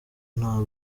nta